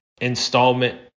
installment